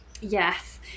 yes